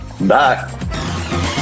Bye